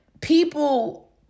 people